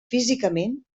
físicament